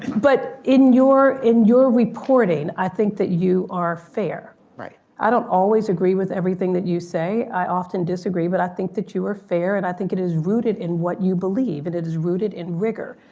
but in your in your reporting. i think that you are fair. i don't always agree with everything that you say, i often disagree, but i think that you are fair and i think it is rooted in what you believe, and it is rooted in rigor.